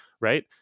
right